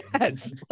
Yes